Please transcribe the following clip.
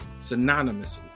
synonymously